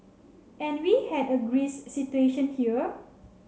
and we had a Greece situation here